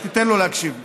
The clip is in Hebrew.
אז תיתן לו להקשיב לי.